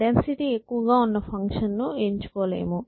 density ఎక్కువగా ఉన్న function ను ఎంచుకోలేము